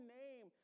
name